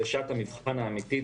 וזו שעת המבחן האמיתית,